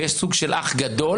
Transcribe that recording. ויש סוג של אח גדול,